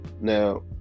Now